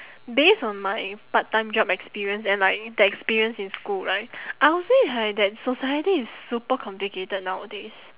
based on my part time job experience and like the experience in school right I would say right that society is super complicated nowadays